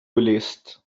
list